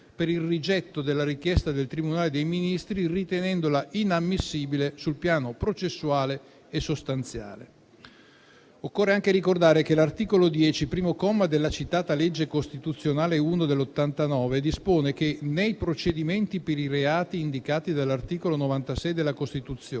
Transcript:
per il rigetto della richiesta del Tribunale dei Ministri, ritenendola inammissibile sul piano processuale e sostanziale. Occorre anche ricordare che l'articolo 10, primo comma, della citata legge costituzionale n. 1 del 1989 dispone che, nei procedimenti per i reati indicati dall'articolo 96 della Costituzione,